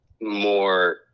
more